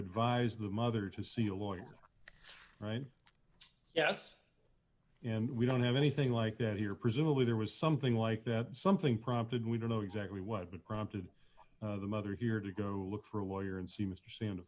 advised the mother to see a lawyer right yes and we don't have anything like that here presumably there was something like that something prompted we don't know exactly what prompted the mother here to go look for a lawyer and see mr